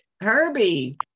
Herbie